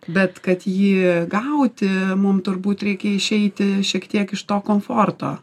bet kad jį gauti mum turbūt reikia išeiti šiek tiek iš to komforto